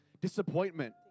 disappointment